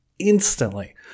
Instantly